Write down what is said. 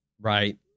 Right